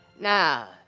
Now